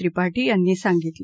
त्रिपाठी यांनी सांगितलं